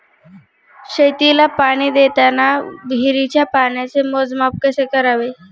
शेतीला पाणी देताना विहिरीच्या पाण्याचे मोजमाप कसे करावे?